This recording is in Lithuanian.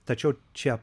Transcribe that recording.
tačiau čia